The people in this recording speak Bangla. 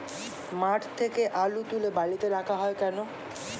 মাঠ থেকে আলু তুলে বালিতে রাখা হয় কেন?